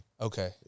Okay